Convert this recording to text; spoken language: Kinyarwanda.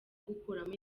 gukuramo